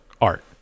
art